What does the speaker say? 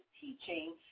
teaching